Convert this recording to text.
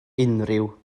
unrhyw